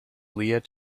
leah